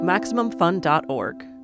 MaximumFun.org